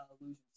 illusions